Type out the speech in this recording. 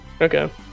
Okay